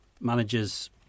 managers